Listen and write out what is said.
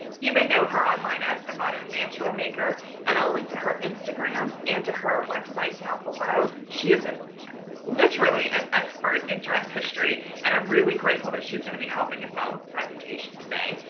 you may know her online as the modern mantua maker and i'll link to her instagram and to her website down below. she is literally an expert in dress history and i'm really grateful that she's going to be helping us out with the presentation today.